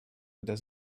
unter